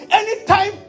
anytime